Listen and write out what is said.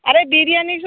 ଆରେ ବିରିୟାନି